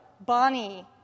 Bonnie